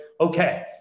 okay